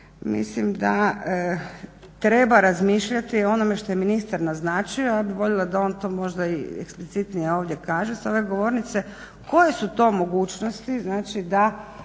mislim da treba razmišljati o onome što je ministar naznačio, ja bih voljela da on to možda eksplicitnije kaže ovdje sa ove govornice, koje su to mogućnosti da